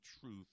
truth